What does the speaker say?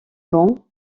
bons